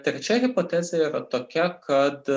taigi čia hipotezė yra tokia kad